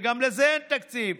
וגם לזה אין תקציב,